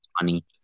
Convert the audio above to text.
money